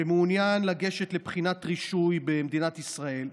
שמעוניין לגשת לבחינת רישוי במדינת ישראל,